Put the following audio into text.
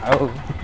ଆଉ